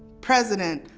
president,